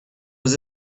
was